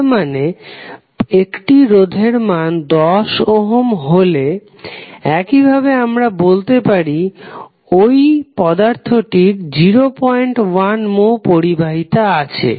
তার মানে একটি রোধের মান 10 ওহম হলে একই ভাবে আমরা বলতে পারি ওই পদার্থটির 01 মো পরিবাহিতা আছে